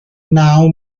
naw